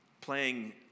playing